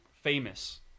famous